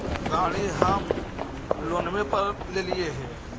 गाड़ी हम लोनवे पर लेलिऐ हे?